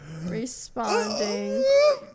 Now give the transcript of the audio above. Responding